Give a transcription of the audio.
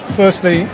firstly